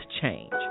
change